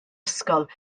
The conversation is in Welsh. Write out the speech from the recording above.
ysgol